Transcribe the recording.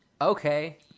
okay